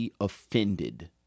offended